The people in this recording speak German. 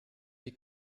die